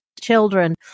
children